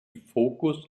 fokus